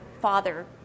father